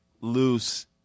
loose